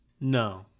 No